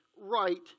right